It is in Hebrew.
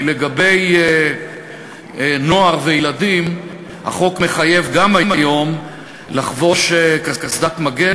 כי נוער וילדים החוק מחייב גם היום לחבוש קסדת מגן,